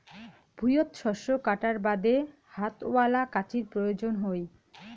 ভুঁইয়ত শস্য কাটার বাদে হাতওয়ালা কাঁচির প্রয়োজন হই